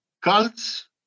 cults